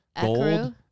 Gold